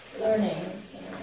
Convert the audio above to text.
learnings